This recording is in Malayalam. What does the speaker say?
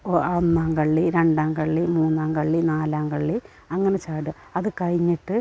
ഒന്നാം കള്ളി രണ്ടാം കള്ളി മൂന്നാം കള്ളി നാലാം കള്ളി അങ്ങനെ ചാടുക അതു കഴിഞ്ഞിട്ട്